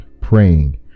praying